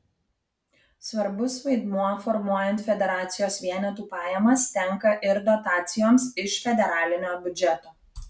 svarbus vaidmuo formuojant federacijos vienetų pajamas tenka ir dotacijoms iš federalinio biudžeto